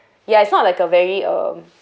ya it's not like a very um